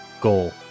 goal